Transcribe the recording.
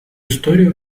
историю